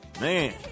Man